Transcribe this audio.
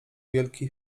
wielki